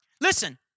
Listen